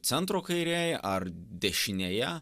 centro kairėj ar dešinėje